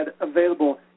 available